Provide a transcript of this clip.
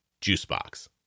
juicebox